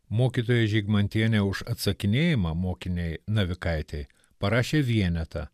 mokytoja žygmantienė už atsakinėjimą mokinei navikaitei parašė vienetą